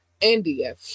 India